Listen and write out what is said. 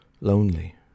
lonely